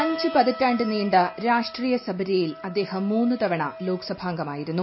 അഞ്ച് പതിറ്റാണ്ട് നീണ്ട രാഷ്ട്രീയസപര്യയിൽ അദ്ദേഹം മൂന്ന് തവണ ലോക്സഭാംഗമായിരുന്നു